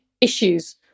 issues